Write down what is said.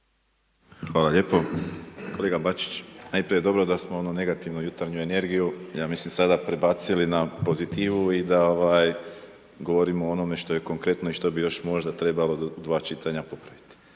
Hvala lijepo, kolega Bačić, najprije, dobro da smo ono negativno, jutarnju energiju, ja mislim sada prebacili na pozitivu i govorimo o onome što je konkretno i što bi još možda trebalo do dva čitanja poprimiti.